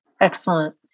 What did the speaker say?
Excellent